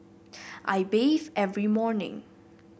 I bathe every morning